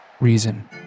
Reason